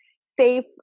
safe